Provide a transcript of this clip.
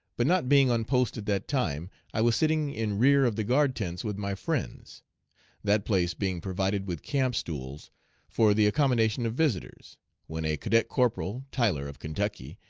but not being on post at that time, i was sitting in rear of the guard tents with my friends that place being provided with camp-stools for the accommodation of visitors when a cadet corporal, tyler, of kentucky,